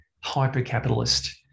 hyper-capitalist